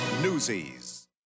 Newsies